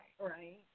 Right